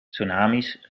tsunami’s